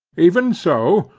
even so,